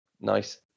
Nice